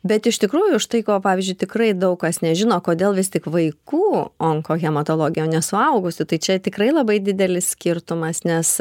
bet iš tikrųjų štai ko pavyzdžiui tikrai daug kas nežino kodėl vis tik vaikų onkohematologija o ne suaugusių tai čia tikrai labai didelis skirtumas nes